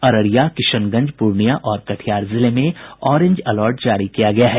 अररिया किशनगंज पूर्णिया और कटिहार जिले में ऑरेंज अलर्ट जारी किया गया है